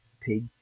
pig